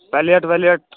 plate وَلیٹ